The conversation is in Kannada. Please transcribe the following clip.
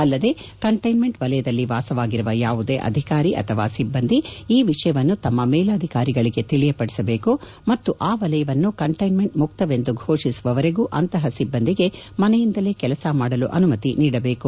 ಅಲ್ಲದೆ ಕಂಟೈನ್ಮೆಂಟ್ ವಲಯದಲ್ಲಿ ವಾಸವಾಗಿರುವ ಯಾವುದೇ ಅಧಿಕಾರಿ ಅಥವಾ ಸಿಬ್ಬಂದಿ ಆ ವಿಷಯವನ್ನು ತಮ್ಮ ಮೇಲಧಿಕಾರಿಗಳಿಗೆ ತಿಳಿಯ ಪಡಿಸಬೇಕು ಮತ್ತು ಆ ವಲಯವನ್ನು ಕಂಟ್ಟೆನ್ಮೆಂಟ್ ಮುಕ್ತವೆಂದು ಫೋಷಿಸುವವರೆಗೂ ಅಂತಹ ಸಿಬ್ಬಂದಿಗೆ ಮನೆಯಿಂದಲೇ ಕೆಲಸ ಮಾಡಲು ಅನುಮತಿ ನೀಡಬೇಕು